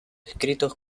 escritos